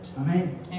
Amen